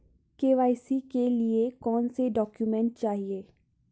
KYC के लिए कौनसे डॉक्यूमेंट चाहिये?